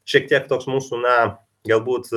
šiek tiek toks mūsų na galbūt